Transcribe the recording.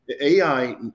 AI